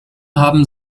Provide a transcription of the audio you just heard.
haben